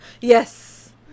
Yes